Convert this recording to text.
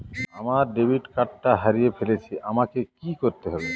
আমার ডেবিট কার্ডটা হারিয়ে ফেলেছি আমাকে কি করতে হবে?